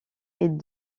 est